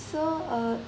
so uh